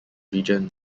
region